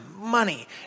money